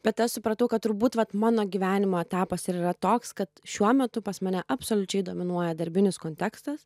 bet aš supratau kad turbūt vat mano gyvenimo etapas ir yra toks kad šiuo metu pas mane absoliučiai dominuoja darbinis kontekstas